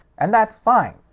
and that's fine.